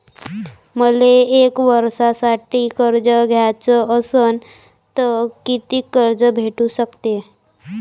मले एक वर्षासाठी कर्ज घ्याचं असनं त कितीक कर्ज भेटू शकते?